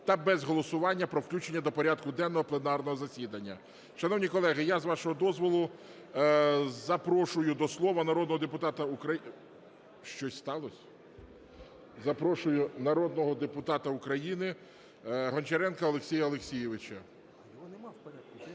та без голосування про включення до порядку денного пленарного засідання. Шановні колеги, я з вашого дозволу запрошую до слова народного депутата України… Щось сталось? Запрошую народного депутата України Гончаренка Олексія Олексійовича.